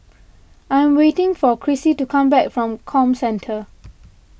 I am waiting for Crissy to come back from Comcentre